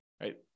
right